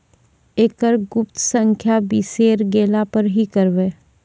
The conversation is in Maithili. एकरऽ गुप्त संख्या बिसैर गेला पर की करवै?